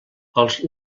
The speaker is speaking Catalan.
els